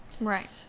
Right